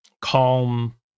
calm